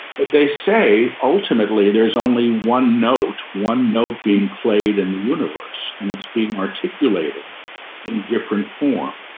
but they say ultimately there's only one note, one note being played in the universe and it's being articulated in different form.